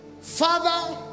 Father